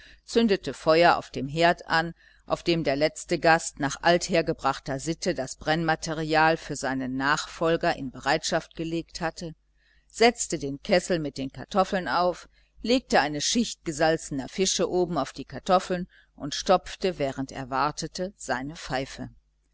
zündete feuer auf dem herd an auf dem der letzte gast nach althergebrachter sitte das brennmaterial für seinen nachfolger in bereitschaft gelegt hatte setzte den kessel mit den kartoffeln auf legte eine schicht gesalzener fische oben auf die kartoffeln und stopfte während er wartete seine pfeife